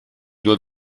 nur